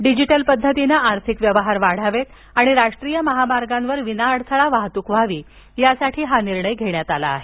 digital पद्धतीनं आर्थिक व्यवहार वाढावेत आणि राष्ट्रीय महामार्गांवर विनाअडथळा वाहतूक व्हावी यासाठी हा निर्णय घेण्यात आला आहे